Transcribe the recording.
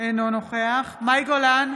אינו נוכח מאי גולן,